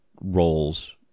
roles